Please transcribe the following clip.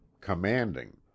commanding